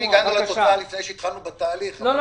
אם הגעת לתוצאה לפני שהתחלנו בתהליך --- לא,